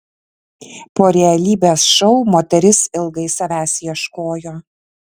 po realybės šou moteris ilgai savęs ieškojo